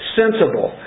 sensible